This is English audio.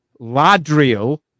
Ladriel